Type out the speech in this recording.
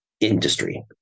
industry